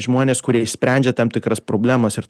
žmonės kurie išsprendžia tam tikras problemas ir